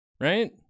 Right